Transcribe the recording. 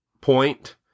point